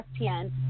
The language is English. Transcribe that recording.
ESPN